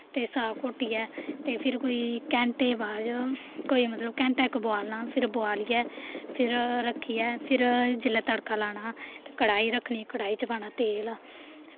ते साग घोट्टियै ते फिर कोई घैंटे बाद च कोई मतलब घैंटा इक बोआलना फिर बोआलियै फिर रक्खियै फिर जिल्लै तड़का लाना कड़ाही रक्खनी कड़ाही च पाना तेल